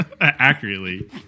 accurately